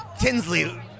Tinsley